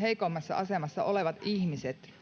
heikoimmassa asemassa olevat ihmiset